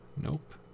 nope